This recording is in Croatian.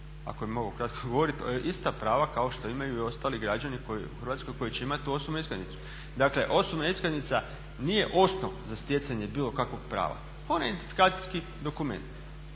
ako mogu kratko odgovoriti, ista prava kao što imaju i ostali građani u Hrvatskoj koji će imati tu osobnu iskaznicu. Dakle osobna iskaznica nije osnov za stjecanje bilo kakvog prava, ona je identifikacijski dokument.